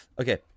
Okay